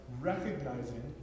recognizing